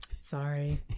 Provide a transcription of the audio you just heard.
Sorry